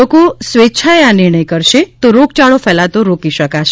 લોકો સ્વૈચ્છાએ આ નિર્ણથ કરશે તો રોગયાળો કેલાતો રોકી શકાશે